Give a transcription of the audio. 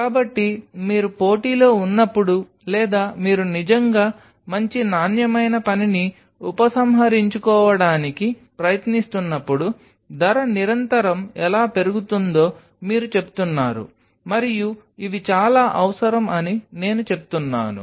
కాబట్టి మీరు పోటీలో ఉన్నప్పుడు లేదా మీరు నిజంగా మంచి నాణ్యమైన పనిని ఉపసంహరించుకోవడానికి ప్రయత్నిస్తున్నప్పుడు ధర నిరంతరం ఎలా పెరుగుతుందో మీరు చెబుతున్నారు మరియు ఇవి చాలా అవసరం అని నేను చెప్తున్నాను